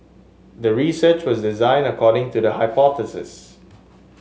the research was designed according to the hypothesis